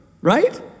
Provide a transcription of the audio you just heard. right